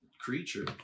creature